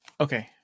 Okay